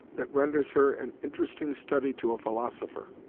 that renders her an interesting study to a philosopher.